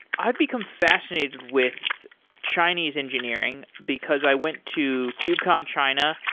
i've become fascinated with chinese engineering, because i went to kubecon china.